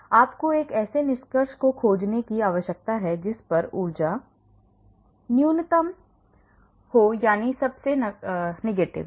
लेकिन आपको एक ऐसे निष्कर्ष को खोजने की आवश्यकता है जिस पर ऊर्जा न्यूनतम हो यानी सबसे नकारात्मक